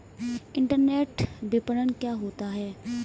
Internet विपणन क्या होता है?